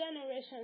generations